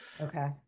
Okay